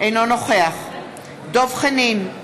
אינו נוכח דב חנין,